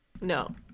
No